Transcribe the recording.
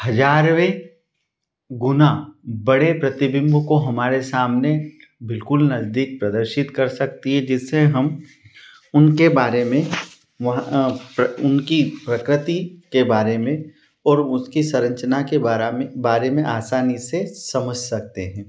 हज़ारवें गुना बड़े प्रतिबिम्ब को हमारे सामने बिल्कुल नज़दीक प्रदर्शित कर सकती है जिससे हम उनके बारे में वहाँ उनकी प्रकृति के बारे में और उसकी संरचना के बारा में बारे में आसानी से समझ सकते हैं